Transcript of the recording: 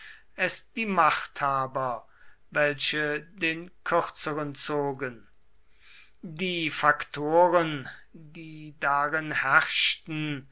es die machthaber welche den kürzeren zogen die faktoren die darin herrschten